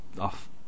off